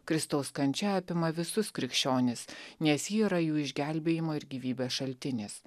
kristaus kančia apima visus krikščionis nes ji yra jų išgelbėjimo ir gyvybės šaltinis